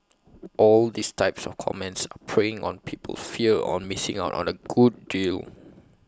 all these type of comments preying on people's fear on missing out on A good deal